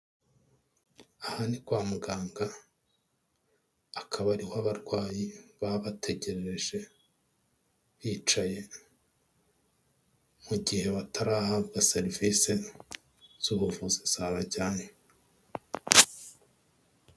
Aha ni kwa muganga, akaba ariho abarwayi baba bategerereje bicaye, mu gihe batarahabwa serivise z'ubuvuzi zabajyanye.